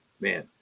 man